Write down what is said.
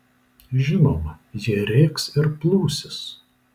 žinoma jie rėks ir plūsis